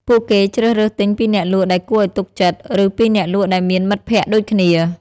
ពួកគេជ្រើសរើសទិញពីអ្នកលក់ដែលគួរឱ្យទុកចិត្ត ឬពីអ្នកលក់ដែលមានមិត្តភក្តិដូចគ្នា។